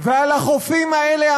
על החופים האלה,